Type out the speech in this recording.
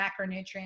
macronutrients